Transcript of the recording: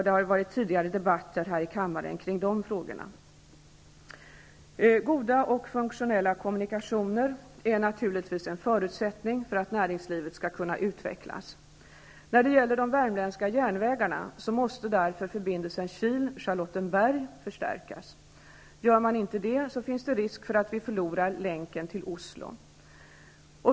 Det har tidigare varit debatt här i kammaren om denna fråga. Goda och funktionella kommunikationer är naturligtvis en förutsättning för att näringslivet skall kunna utvecklas. När det gäller de värmländska järnvägarna måste därför förbindelsen Kil--Charlottenberg förstärkas. Gör man inte det, finns det stor risk för att vi förlorar länken till Oslo.